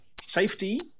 Safety